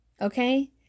okay